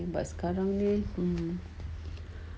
but sekarang ni